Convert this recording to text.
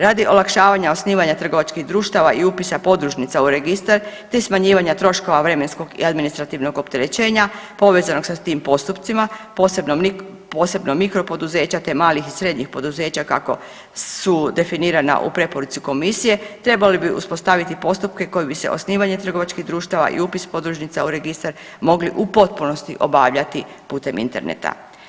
Radi olakšavanja osnivanja trgovačkih društava i upisa podružnica u registar, te smanjivanja troškova vremenskog i administrativnog opterećenja povezanog sa tim postupcima posebno mikro poduzeća, te malih i srednjih poduzeća kako su definirana u preporuci Komisije trebali bi uspostaviti postupke kojim bi se osnivanje trgovačkih društava i upis podružnica u registar mogli u potpunosti obavljati putem interneta.